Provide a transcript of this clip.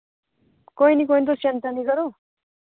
कोई निं कोई निं तुस चिंता निं करो